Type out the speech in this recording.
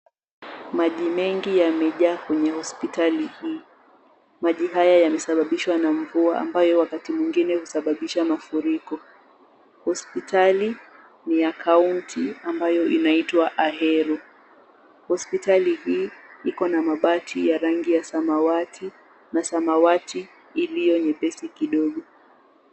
Maji mengi yamejaa kwenye hospitali hii. Maji haya yamesababishwa na mvua ambayo wakati mwingine husababisha mafuriko. Hospitali ni ya kaunti ambayo inaitwa Ahero. Hospitali hii iko na mabati ya rangi ya samawati na samawati iliyo nyepesi kidogo.